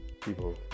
people